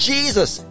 Jesus